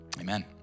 Amen